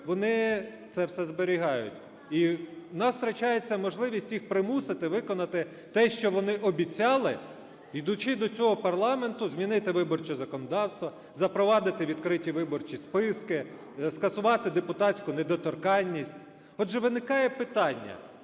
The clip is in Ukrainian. вони це все зберігають. І у нас втрачається можливість їх примусити виконати те, що вони обіцяли, ідучи до цього парламенту: змінити виборче законодавство, запровадити відкриті виборчі списки, скасувати депутатську недоторканність. Отже, виникає питання: